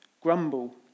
grumble